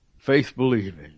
faith-believing